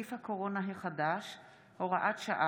מלכיאלי (ש"ס): 10 סמי אבו שחאדה (הרשימה המשותפת):